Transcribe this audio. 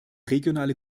regionale